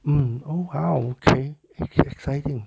hmm oh !wow! K it's exciting